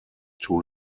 too